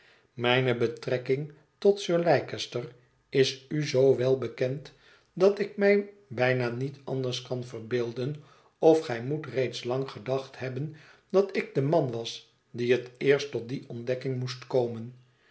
mijne betrekking tot sir leicester is u zoo wel bekend dat ik mij bijna niet anders kan verbeelden of gij mget reeds lang gedacht hebben dat ik de man was die het eerst tot die ontdekking moest komen